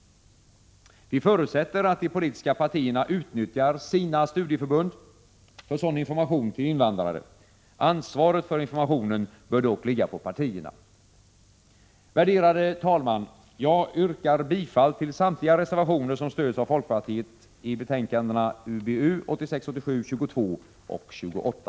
Vi förutsätter att de politiska partierna utnyttjar ”sina” studieförbund för sådan information till invandrare. Ansvaret för informationen bör dock ligga på partierna. Herr talman! Jag yrkar bifall till samtliga reservationerna som stöds av folkpartiet i betänkandena UbU 1986/87:22 och 28.